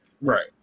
right